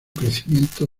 crecimiento